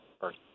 first